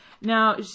now